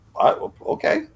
Okay